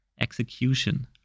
execution